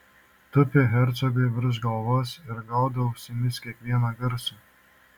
tupi hercogui virš galvos ir gaudo ausimis kiekvieną garsą